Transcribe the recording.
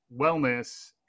wellness